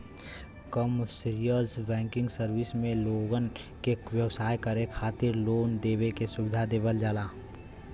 commercial banking service में लोगन के व्यवसाय करे खातिर लोन देवे के सुविधा देवल जाला